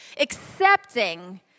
accepting